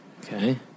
Okay